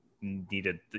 needed